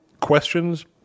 questions